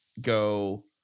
go